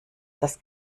das